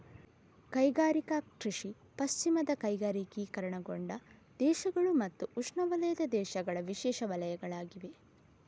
ಕೈಗಾರಿಕಾ ಕೃಷಿ ಪಶ್ಚಿಮದ ಕೈಗಾರಿಕೀಕರಣಗೊಂಡ ದೇಶಗಳು ಮತ್ತು ಉಷ್ಣವಲಯದ ದೇಶಗಳ ವಿಶೇಷ ವಲಯಗಳಾಗಿವೆ